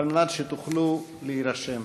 כדי שתוכלו להירשם.